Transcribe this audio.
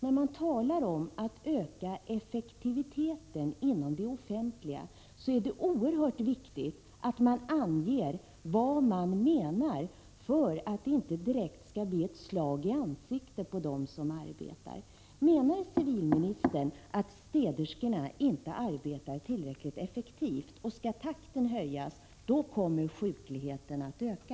När man talar om att öka effektiviteten inom den offentliga sektorn är det oerhört viktigt att man anger vad man menar, så att det inte direkt blir ett slag i ansiktet på dem som arbetar. Menar civilministern att städerskorna inte arbetar tillräckligt effektivt? Skall takten höjas så kommer sjukligheten att öka.